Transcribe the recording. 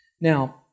Now